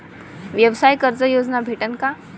व्यवसाय कर्ज योजना भेटेन का?